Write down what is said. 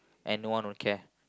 and no one would care